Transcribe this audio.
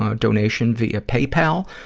um donation via paypal,